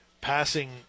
passing